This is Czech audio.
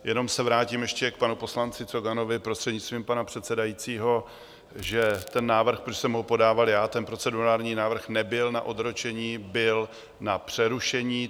Jenom se vrátím ještě k panu poslanci Coganovi, prostřednictvím pana předsedajícího, že ten, protože jsem ho podával já, ten procedurální návrh nebyl na odročení, byl na přerušení.